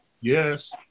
Yes